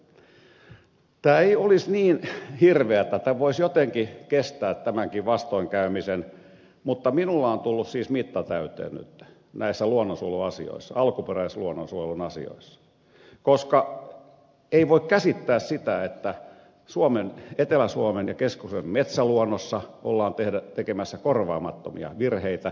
tämä ei olisi niin hirveätä voisi jotenkin kestää tämänkin vastoinkäymisen mutta minulla on tullut siis mitta täyteen nyt näissä luonnonsuojeluasioissa alkuperäisluonnonsuojelun asioissa koska ei voi käsittää sitä että etelä ja keski suomen metsäluonnossa ollaan tekemässä korvaamattomia virheitä